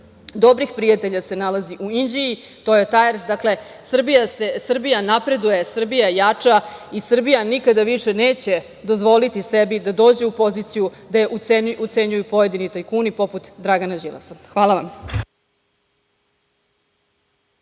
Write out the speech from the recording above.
dobrih prijatelja se nalazi u Inđiji „Tojo Tajers“. Srbija napreduje, Srbija jača i Srbija nikada više neće dozvoliti sebi da dođe u poziciju da je ucenjuju pojedini tajkuni poput Dragana Đilasa. Hvala vam.